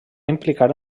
implicar